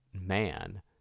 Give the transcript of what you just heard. man